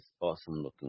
awesome-looking